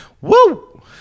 woo